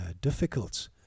difficult